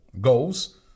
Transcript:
goals